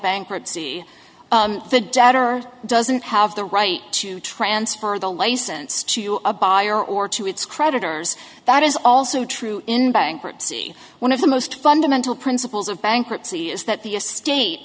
bankruptcy the debtor doesn't have the right to transfer the license to a buyer or to its creditors that is also true in bankruptcy one of the most fundamental principles of bankruptcy is that the estate